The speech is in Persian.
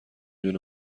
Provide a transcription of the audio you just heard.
دونه